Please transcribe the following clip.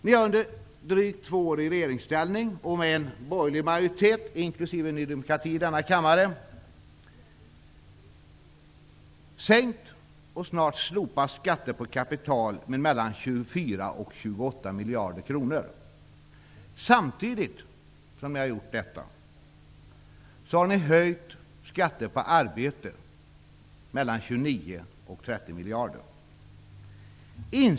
Ni har under era drygt två år i regeringsställning, med en borgerlig majoritet inklusive Ny demokrati i denna kammare, sänkt och snart slopat skatter på kapital med mellan 24 och 28 miljarder kronor. Samtidigt som ni gjort detta har ni höjt skatten på arbete med 29--30 miljarder kronor.